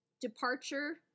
departure